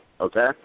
Okay